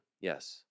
Yes